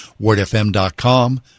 wordfm.com